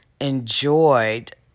enjoyed